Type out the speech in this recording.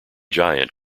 giant